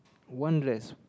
one dress